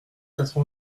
quatre